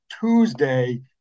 Tuesday